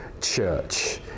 church